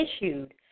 issued